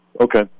Okay